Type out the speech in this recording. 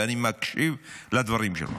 ואני מקשיב לדברים שלו,